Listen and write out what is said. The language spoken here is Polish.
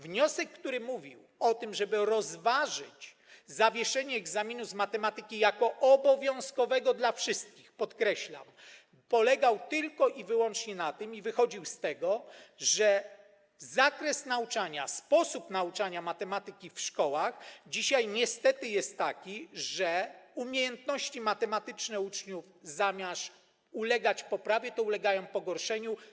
Wniosek, który mówił o tym, żeby rozważyć zawieszenie egzaminu z matematyki jako obowiązkowego dla wszystkich, podkreślam, polegał tylko i wyłącznie na tym i wynikał z tego, że zakres nauczania, sposób nauczania matematyki w szkołach dzisiaj niestety jest taki, że umiejętności matematyczne uczniów zamiast się poprawiać pogarszają się.